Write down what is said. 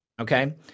Okay